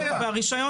רק תיקחו בחשבון,